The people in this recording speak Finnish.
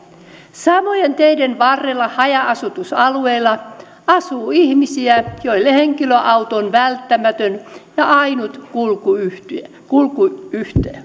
samojen teiden varrella haja asutusalueilla asuu ihmisiä joille henkilöauto on välttämätön ja ainut kulkuyhteys kulkuyhteys